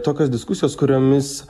tokios diskusijos kuriomis